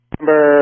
Number